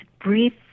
brief